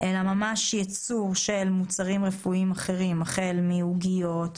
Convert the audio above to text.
אלא ממש ייצור של מוצרים רפואיים אחרים החל מעוגיות,